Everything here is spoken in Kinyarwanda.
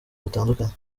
batandukanye